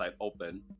open